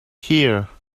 here